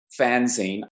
Fanzine